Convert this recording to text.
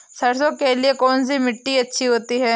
सरसो के लिए कौन सी मिट्टी अच्छी होती है?